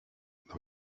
there